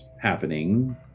happening